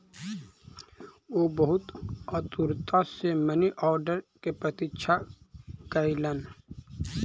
ओ बहुत आतुरता सॅ मनी आर्डर के प्रतीक्षा कयलैन